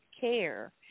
care